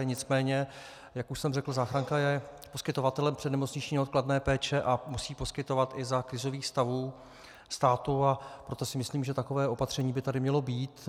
Nicméně jak už jsem řekl, záchranka je poskytovatelem přednemocniční neodkladné péče a musí poskytovat i za krizových stavů státu, a proto si myslím, že takové opatření by tady mělo být.